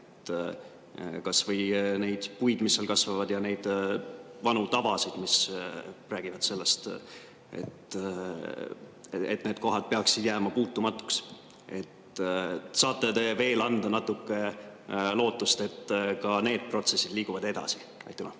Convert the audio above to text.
kas või neid puid, mis seal kasvavad, ja neid vanu tavasid, mis räägivad sellest, et need kohad peaksid jääma puutumatuks. Saate te anda natuke lootust, et ka need protsessid liiguvad edasi? Suur